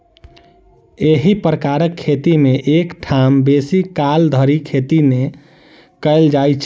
एही प्रकारक खेती मे एक ठाम बेसी काल धरि खेती नै कयल जाइत छल